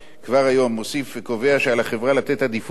מוסיף וקובע שעל החברה לתת עדיפות לשימוש בנכסים